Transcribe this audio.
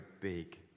big